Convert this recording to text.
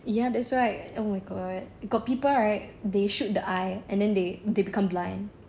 ya thats why oh my god got people right they shoot the eye and then they they become blind